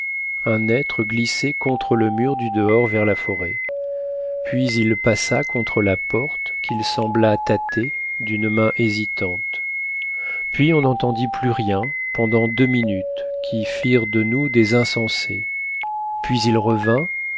un être glissait contre le mur du dehors vers la forêt puis il passa contre la porte qu'il sembla tâter d'une main hésitante puis on n'entendit plus rien pendant deux minutes qui firent de nous des insensés puis il revint